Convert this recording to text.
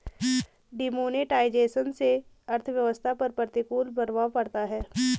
demonetisation से अर्थव्यवस्था पर प्रतिकूल प्रभाव पड़ता है